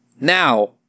Now